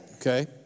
Okay